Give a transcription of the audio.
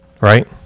right